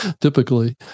typically